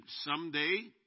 someday